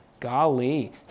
Golly